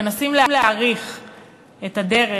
ומנסים להעריך את הדרך,